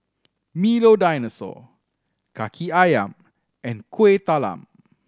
Milo Dinosaur Kaki Ayam and Kuih Talam